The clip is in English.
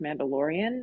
Mandalorian